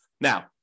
Now